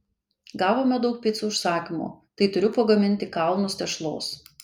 gavome daug picų užsakymų tai turiu pagaminti kalnus tešlos